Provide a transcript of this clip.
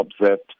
observed